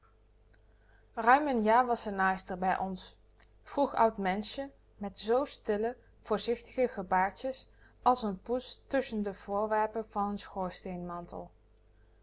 n jaar was ze naaister bij ons vroeg oud menschje met zoo stille voorzichtige gebaartjes als n poes tusschen de voorwerpen van n